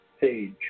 page